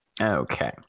Okay